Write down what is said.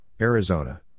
Arizona